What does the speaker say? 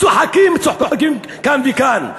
צוחקים כאן וכאן.